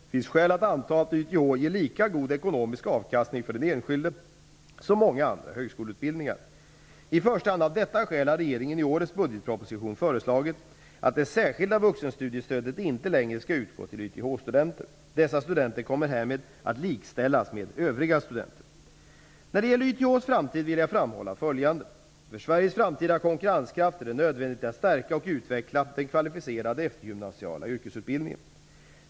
Det finns skäl att anta att YTH ger lika god ekonomisk avkastning för den enskilde som många andra högskoleutbildningar. I första hand av detta skäl har regeringen i årets budgetproposition föreslagit att det särskilda vuxenstudiestödet inte längre skall utgå till YTH-studenter. Dessa studenter kommer härmed att likställas med övriga studenter. När det gäller YTH:s framtid vill jag framhålla följande: För Sveriges framtida konkurrenskraft är det nödvändigt att stärka och utveckla den kvalificerade eftergymnasiala yrkesutbildningen.